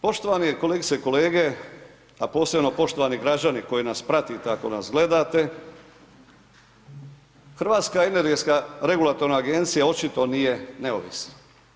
Poštovane kolegice i kolege, a posebno poštovani građani, koji nas pratite, ako nas gledate, Hrvatska energetska regulatorna agencija, očito nije neovisna.